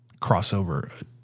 crossover